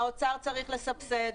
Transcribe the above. האוצר צריך לסבסד,